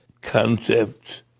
concepts